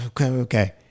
okay